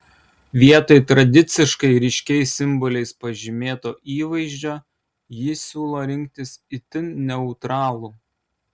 vietoj tradiciškai ryškiais simboliais pažymėto įvaizdžio ji siūlo rinktis itin neutralų